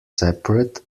separate